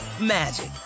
magic